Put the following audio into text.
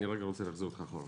אני רוצה להחזיר אותך אחורה